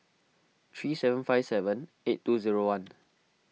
three seven five seven eight two zero one